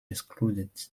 excluded